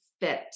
fit